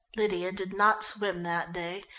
lydia did not swim that day,